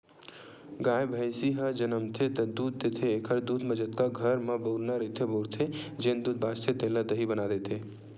गाय, भइसी ह जमनथे त दूद देथे एखर दूद म जतका घर म बउरना रहिथे बउरथे, जेन दूद बाचथे तेन ल दही बना देथे